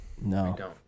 No